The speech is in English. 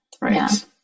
Right